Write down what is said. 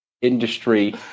industry